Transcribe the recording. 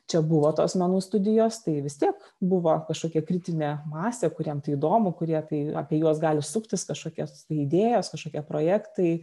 čia buvo tos menų studijos tai vis tiek buvo kažkokia kritinė masė kuriem įdomu kurie tai apie juos gali suktis kažkokias tai idėjos kažkokie projektai